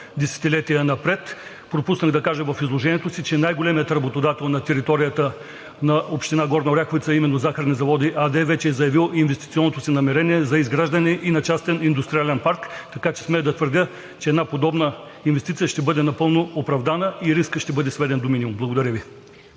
десетилетия напред. Пропуснах да кажа в изложението си, че най-големият работодател на територията на община Горна Оряховица, именно „Захарни заводи“ АД, вече е заявил инвестиционното си намерение за изграждане и на частен индустриален парк, така че смея да твърдя, че една подобна инвестиция ще бъде напълно оправдана и рискът ще бъде сведен до минимум. Благодаря Ви.